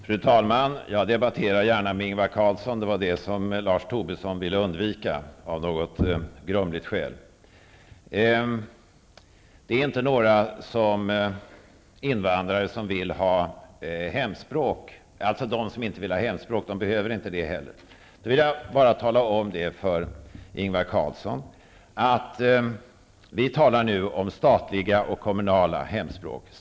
Fru talman! Jag debatterar gärna med Ingvar Carlsson. Det var detta som Lars Tobisson ville undvika av något grumligt skäl. De invandrare som inte vill ha hemspråksundervisningen behöver inte heller ha det. Jag vill bara tala om för Ingvar Carlsson att vi nu talar om statlig och kommunal hemspråksundervisning.